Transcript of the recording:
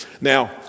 Now